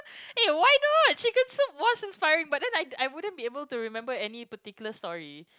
eh why not chicken soup was inspiring but then I I wouldn't be able to remember any particular story